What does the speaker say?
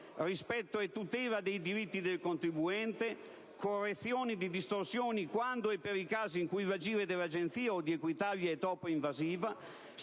rispetto e tutela dei diritti del contribuente, correzione di distorsioni quando e per i casi in cui l'agire dell'Agenzia o di Equitalia è troppo invasivo,